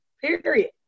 Period